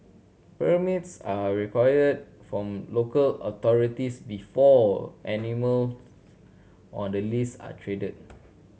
permits are required from local authorities before animals on the list are traded